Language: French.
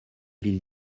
ville